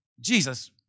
Jesus